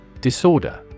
Disorder